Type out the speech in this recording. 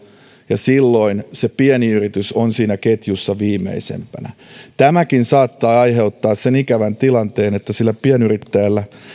ja silloin se pieni yritys on siinä ketjussa viimeisimpänä tämäkin saattaa aiheuttaa sen ikävän tilanteen että sillä pienyrittäjällä